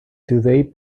today